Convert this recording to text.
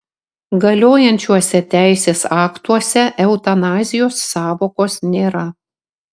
galiojančiuose teisės aktuose eutanazijos sąvokos nėra